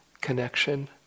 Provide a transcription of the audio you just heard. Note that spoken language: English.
connection